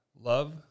Love